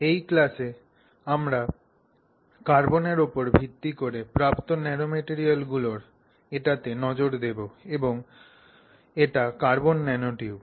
এই ক্লাসে আমরা কার্বনের উপর ভিত্তি করে প্রাপ্ত ন্যানোম্যাটেরিয়ালগুলির একটিতে নজর দেব এবং এটি কার্বন ন্যানোটিউব